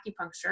acupuncture